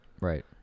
Right